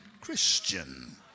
Christian